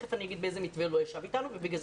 ותכף אני אומר באיזה מתווה הוא לא ישב אתנו ולכן